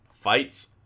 fights